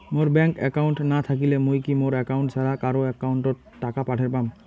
মোর bank account না থাকিলে মুই কি মোর একাউন্ট ছাড়া কারো একাউন্ট অত টাকা পাঠের পাম?